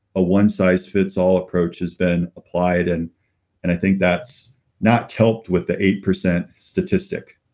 a one-size-fits-all approach has been applied and and i think that's not helped with the eight percent statistic.